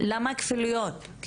למה כפילויות?